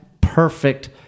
perfect